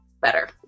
better